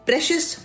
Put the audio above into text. Precious